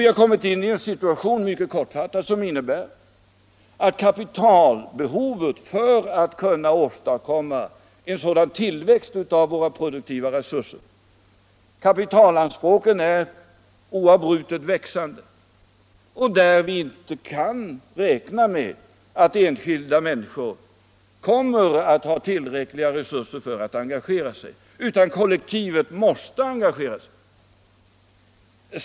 Vi har kommit in i en situation som, mycket kortfattat, innebär att anspråken på kapital för att åstadkomma en sådan tillväxt av våra produktiva resurser är oavbrutet växande och där vi inte kan räkna med att enskilda människor har tillräckliga resurser för att engagera sig utan kollektivet måste engagera sig.